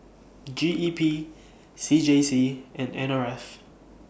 G E P C J C and N R F